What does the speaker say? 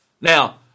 Now